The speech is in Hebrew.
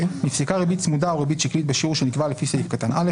(ג)נפסקה ריבית צמודה או ריבית שקלית בשיעור שנקבע לפי סעיף קטן (א),